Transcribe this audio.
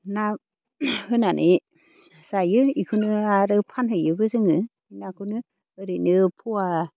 ना होनानै जायो बेखौनो आरो फानहैयोबो जोङो नाखौनो ओरैनो पवा